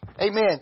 Amen